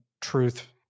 truth